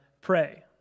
pray